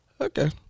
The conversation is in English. Okay